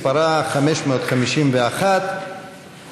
ט"ו בחשוון התשע"ט (24 באוקטובר 2018)